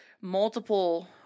multiple